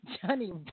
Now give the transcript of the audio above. Johnny